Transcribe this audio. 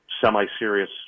semi-serious